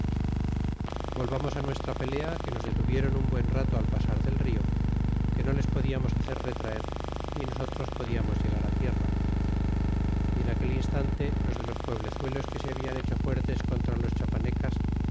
volvamos nuestra pelea que nos detuvieron un buen rato al pasar del rio que no les podiamos hacer retraer ni nosotros podiamos llegar tierra y en aquel instante los de los pueblezuelos que se hablan hecho fuertes contra los chiapanecas